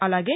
అలాగే